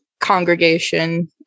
congregation